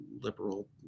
liberal